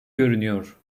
görünüyor